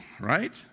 right